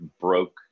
broke